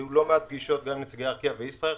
היו לא מעט פגישות עם ארקיע וישראייר.